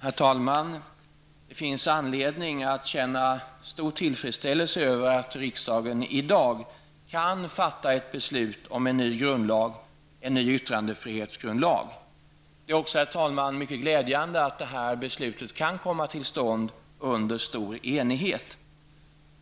Herr talman! Det finns anledning att känna stor tillfredsställelse över att riksdagen i dag kan fatta beslut om en ny grundlag, en ny yttrandefrihetsgrundlag. Det är också mycket glädjande att detta beslut kan fattas under stor enighet.